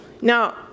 now